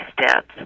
steps